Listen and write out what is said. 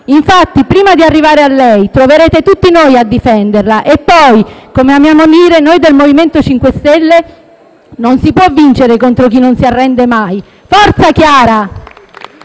Infatti, prima di arrivare a lei, troverete tutti noi a difenderla. E poi, come amiamo dire noi del MoVimento 5 Stelle: non si può vincere contro chi non si arrende mai. Forza Chiara!